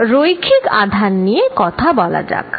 এখন রৈখিক আধান নিয়ে কথা বলা যাক